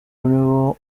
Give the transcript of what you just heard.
nibo